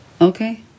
Okay